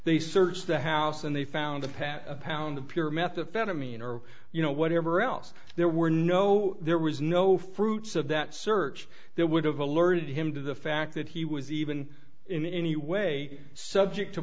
they searched the house and they found a pad a pound of pure methamphetamine or you know whatever else there were no there was no fruits of that search that would have alerted him to the fact that he was even in any way subject to